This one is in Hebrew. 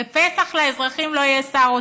בפסח לאזרחים לא יהיה שר אוצר.